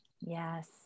Yes